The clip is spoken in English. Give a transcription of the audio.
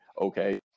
okay